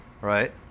right